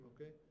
Okay